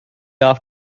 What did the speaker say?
off